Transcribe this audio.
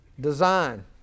Design